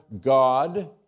God